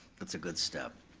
that's a good step.